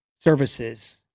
services